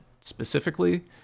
specifically